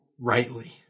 rightly